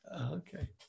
Okay